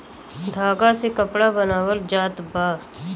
धागा से कपड़ा बनावल जात बा